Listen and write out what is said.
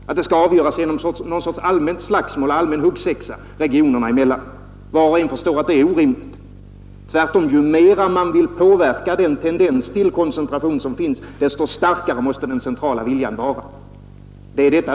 Skall det avgöras genom allmänt slagsmål, en sorts huggsexa regionerna emellan? Var och en förstår att det är orimligt. Ju mera man vill påverka den tendens till koncentration som finns, desto starkare måste den centrala viljan vara.